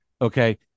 Okay